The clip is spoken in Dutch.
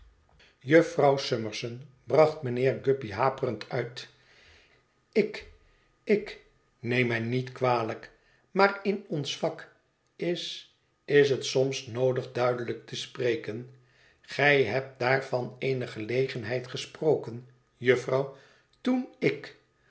jufvrouw summerson bracht mijnheer guppy haperend uit ik ik neem mij niet kwalijk maar in ons vak is is het soms noodig duidelijk te spreken gij hebt daar van eene gelegenheid gesproken jufvrouw toen ik